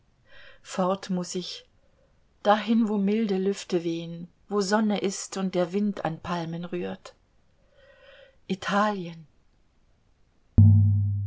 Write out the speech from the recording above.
fort muß ich dahin wo milde lüfte wehen wo sonne ist und der wind an palmen rührt italien